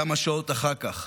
כמה שעות אחר כך,